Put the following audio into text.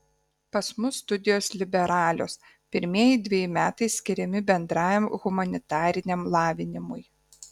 pas mus studijos liberalios pirmieji dveji metai skiriami bendrajam humanitariniam lavinimui